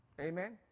Amen